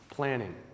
planning